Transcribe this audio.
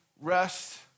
rest